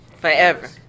Forever